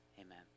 Amen